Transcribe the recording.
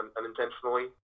unintentionally